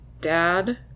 dad